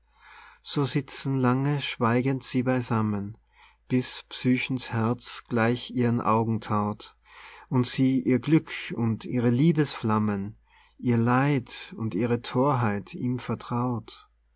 so sitzen lange schweigend sie beisammen bis psychens herz gleich ihren augen thaut und sie ihr glück und ihre liebesflammen ihr leid und ihre thorheit ihm vertraut